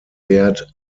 wert